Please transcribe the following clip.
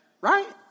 right